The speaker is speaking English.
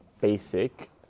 basic